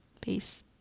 Peace